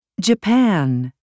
Japan